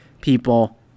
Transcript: people